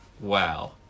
Wow